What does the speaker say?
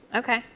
okay.